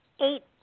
eight